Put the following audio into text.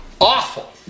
awful